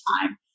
time